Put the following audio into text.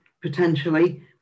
potentially